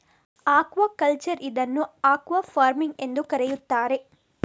aquaculture ಇದನ್ನು aquafarming ಎಂದೂ ಕರೆಯುತ್ತಾರೆ